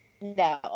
No